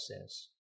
says